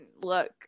look